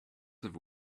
have